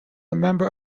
member